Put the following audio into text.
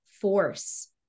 force